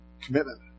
commitment